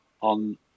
on